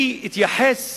אני אתייחס